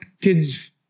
kids